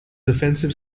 offensive